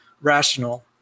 rational